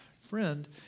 Friend